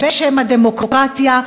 בשם הדמוקרטיה,